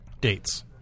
Dates